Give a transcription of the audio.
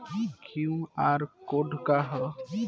QR code का ह?